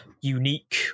unique